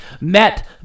met